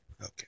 Okay